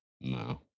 No